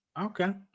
okay